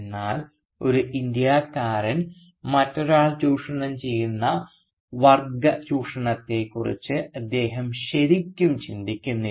എന്നാൽ ഒരു ഇന്ത്യക്കാരനെ മറ്റൊരാൾ ചൂഷണം ചെയ്യുന്ന വർഗ്ഗ ചൂഷണത്തെ കുറിച്ച് അദ്ദേഹം ശരിക്കും ചിന്തിക്കുന്നില്ല